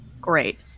Great